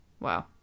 Wow